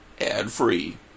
ad-free